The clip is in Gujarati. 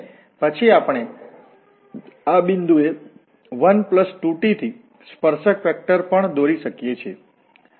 અને પછી આપણે આ બિંદુએ 1 2 t થી સ્પર્શક વેક્ટર પણ દોરી શકીએ છીએ